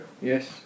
yes